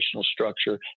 structure